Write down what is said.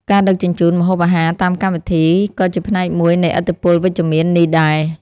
ការដឹកជញ្ជូនម្ហូបអាហារតាមកម្មវិធី ក៏ជាផ្នែកមួយនៃឥទ្ធិពលវិជ្ជមាននេះដែរ។